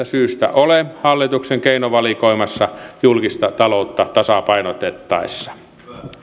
syystä ole hallituksen keinovalikoimassa julkista taloutta tasapainotettaessa